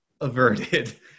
averted